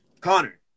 Connor